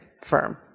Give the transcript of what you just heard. firm